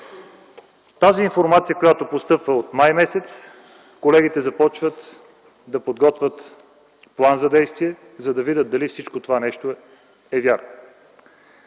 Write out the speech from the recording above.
Тази информация постъпва през м. май и колегите започват да подготвят план за действие, за да видят дали това нещо е вярно.